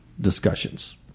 discussions